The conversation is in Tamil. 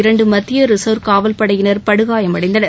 இரண்டு மத்திய ரிசர்வ் காவல் படையினர் படுகாயமடைந்தனர்